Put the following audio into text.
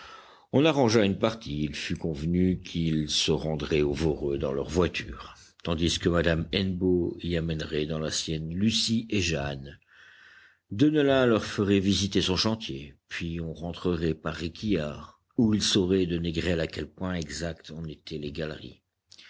on arrangea une partie il fut convenu qu'ils se rendraient au voreux dans leur voiture tandis que madame hennebeau y amènerait dans la sienne lucie et jeanne deneulin leur ferait visiter son chantier puis on rentrerait par réquillart où ils sauraient de négrel à quel point exact en étaient les galeries